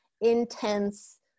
intense